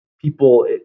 people